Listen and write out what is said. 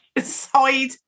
side